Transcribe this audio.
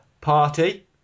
party